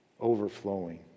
overflowing